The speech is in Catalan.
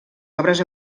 obres